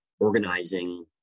organizing